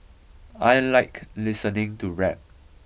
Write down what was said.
I like listening to rap